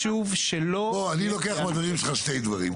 אני לוקח מהדברים שלך שני דברים.